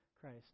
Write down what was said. Christ